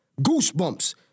Goosebumps